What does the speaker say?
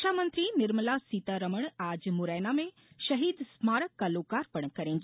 रक्षामंत्री निर्मला सीतारमण आज मुरैना में शहीद स्मारक का लोकार्पण करेंगी